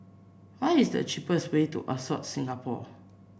what is the cheapest way to Ascott Singapore